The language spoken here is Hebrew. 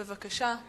בבקשה.